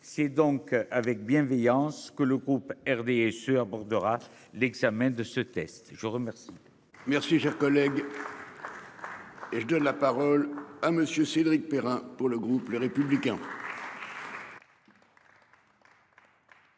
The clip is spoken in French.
C'est donc avec bienveillance, que le groupe RDSE abordera l'examen de ce test. Je vous remercie. Merci cher collègue. Et je donne la parole à Monsieur Cédric Perrin pour le groupe Les Républicains.